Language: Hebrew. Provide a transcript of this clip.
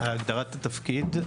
הגדרת התפקיד?